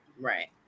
Right